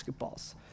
basketballs